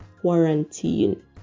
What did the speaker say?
quarantine